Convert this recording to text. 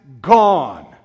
gone